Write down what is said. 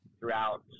throughout